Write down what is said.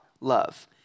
love